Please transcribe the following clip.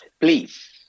please